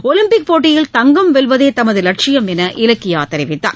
Olympic போட்டியில் தங்கம் வெல்வதே தமது லட்சியம் என்று இலக்கியா தெரிவித்தார்